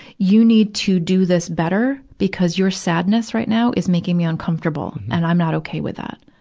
you need to do this better, because your sadness right now is making me uncomfortable, and i'm not okay with that.